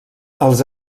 els